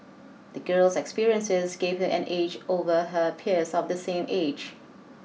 the girl's experiences gave her an edge over her peers of the same age